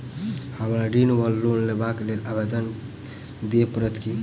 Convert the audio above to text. हमरा ऋण वा लोन लेबाक लेल आवेदन दिय पड़त की?